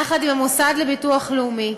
יחד עם המוסד לביטוח לאומי,